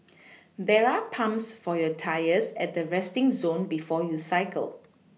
there are pumps for your tyres at the resting zone before you cycle